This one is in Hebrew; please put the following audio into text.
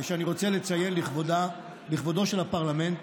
שאני רוצה לציין לכבודו של הפרלמנט,